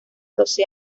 doce